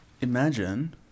imagine